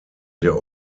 der